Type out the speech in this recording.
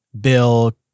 Bill